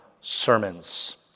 sermons